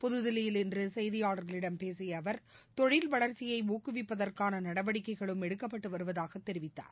புதுதில்லியில் இன்று செய்தியாளர்களிடம் பேசிய அவர் தொழில் வளர்ச்சியை ஊக்குவிப்பதற்கான நடவடிக்கைகளும் எடுக்கப்பட்டு வருவதாகத் தெரிவித்தார்